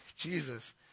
Jesus